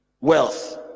wealth